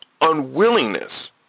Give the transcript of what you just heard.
unwillingness